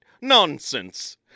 Nonsense